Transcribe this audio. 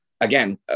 again